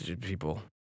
people